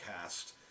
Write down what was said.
cast